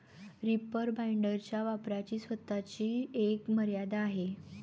reaper बाइंडरच्या वापराची स्वतःची एक मर्यादा आहे